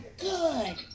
good